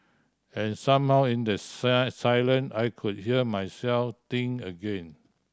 and somehow in the silence I could hear myself think again